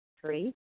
Three